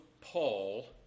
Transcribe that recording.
Paul